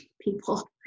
people